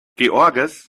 george’s